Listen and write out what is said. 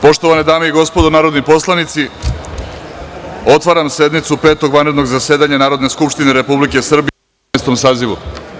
Poštovane dame i gospodo narodni poslanici, otvaram sednicu Petog vanrednog zasedanja Narodne skupštine Republike Srbije u Dvanaestom sazivu.